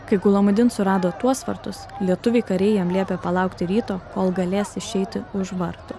kai gulamudin surado tuos vartus lietuviai kariai jam liepė palaukti ryto kol galės išeiti už vartų